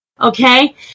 okay